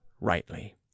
rightly